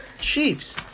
Chiefs